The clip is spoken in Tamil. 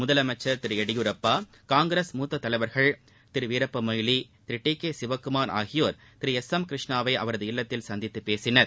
முதலமைச்சள் திரு எடியூரப்பா காங்கிரஸ் மூத்த தலைவா்கள் திரு வீரப்ப மொய்லி திரு டி கே சிவக்குமார் ஆகியோர் திரு எஸ் எம் கிருஷ்ணாவை அவரது இல்லத்தில் சந்தித்து பேசினர்